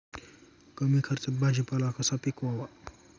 कमी खर्चात भाजीपाला कसा पिकवावा?